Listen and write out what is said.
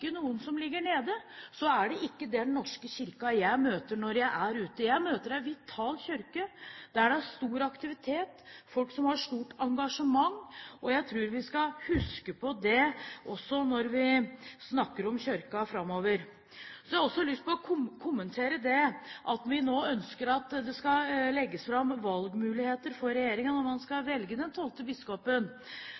det den norske kirken jeg møter når jeg er ute. Jeg møter en vital kirke, der det er stor aktivitet, folk som har stort engasjement, og jeg tror vi skal huske på det også når vi snakker om Kirken framover. Jeg har også lyst til å kommentere at vi nå ønsker at det skal legges fram valgmuligheter for regjeringen når man skal